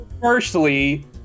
Firstly